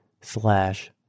slash